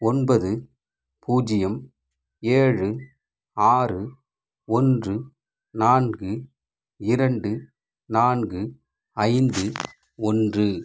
ஒன்பது பூஜ்யம் ஏழு ஆறு ஒன்று நான்கு இரண்டு நான்கு ஐந்து ஒன்று